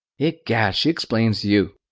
egad! she explains you.